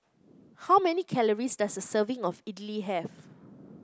how many calories does a serving of idly have